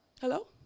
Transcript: Hello